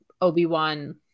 obi-wan